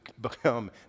become